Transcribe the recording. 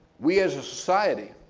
we, as a society,